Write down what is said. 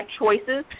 choices